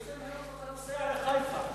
באיזו מהירות אתה נוסע לחיפה בשעה וחצי?